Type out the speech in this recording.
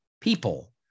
people